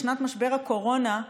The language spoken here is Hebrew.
בשנת משבר הקורונה,